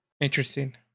Interesting